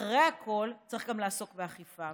אחרי הכול, צריך גם לעסוק באכיפה.